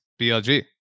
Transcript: BLG